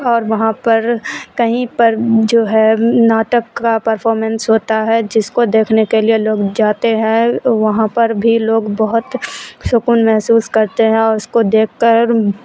اور وہاں پر کہیں پر جو ہے ناٹک کا پرفامینس ہوتا ہے جس کو دیکھنے کے لیے لوگ جاتے ہیں وہاں پر بھی لوگ بہت سکون محسوس کرتے ہیں اور اس کو دیکھ کر